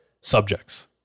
subjects